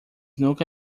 nunca